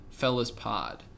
fellaspod